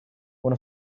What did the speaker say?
one